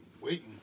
waiting